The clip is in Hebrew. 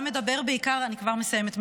אני כבר מסיימת,